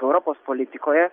europos politikoje